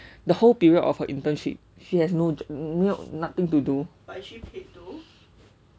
the whole period of her internship she has no j~ no nothing to do